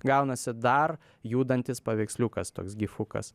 gaunasi dar judantis paveiksliukas toks gifukas